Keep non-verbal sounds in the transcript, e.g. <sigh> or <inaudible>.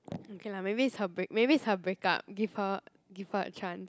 <noise> okay lah maybe it's her break maybe it's her breakup give her give her a chance